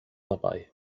dabei